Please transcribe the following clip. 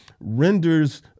renders